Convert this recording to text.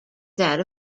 that